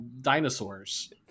dinosaurs